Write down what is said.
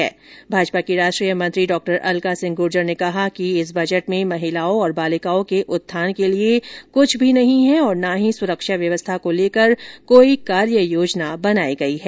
वहीं भाजपा की राष्ट्रीय मंत्री डॉ अलका सिंह गुर्जर ने कहा कि इस बजट में महिलाओं और बालिकाओं के उत्थान के लिए कुछ भी नहीं है और ना ही सुरक्षा व्यवस्था को लेकर कोई कार्य योजना बनाई गई है